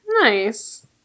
Nice